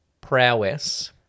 Prowess